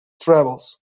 travels